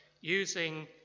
using